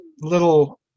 little